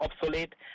obsolete